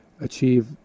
achieve